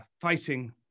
fighting